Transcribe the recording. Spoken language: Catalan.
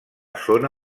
zona